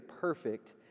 perfect